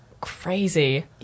crazy